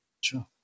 Sure